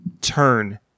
turn